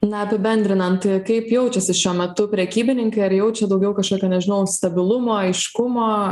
na apibendrinant kaip jaučiasi šiuo metu prekybininkai ar jaučia daugiau kažkokio nežinau stabilumo aiškumo